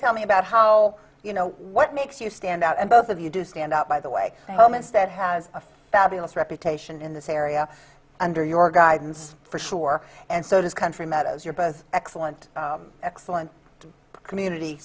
tell me about how you know what makes you stand out and both of you do stand up by the way home instead has a fabulous reputation in this area under your guidance for sure and so does country meadows you're both excellent excellent community